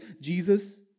Jesus